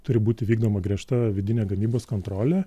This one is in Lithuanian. turi būti vykdoma griežta vidinė gamybos kontrolė